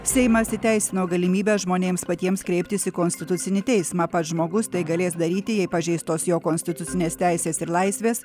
seimas įteisino galimybę žmonėms patiems kreiptis į konstitucinį teismą pats žmogus tai galės daryti jei pažeistos jo konstitucinės teisės ir laisvės